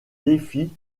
défis